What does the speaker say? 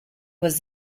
was